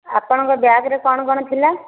ଆପଣଙ୍କ ବ୍ୟାଗ୍ରେ କ'ଣ କ'ଣ ଥିଲା